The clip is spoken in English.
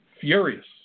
furious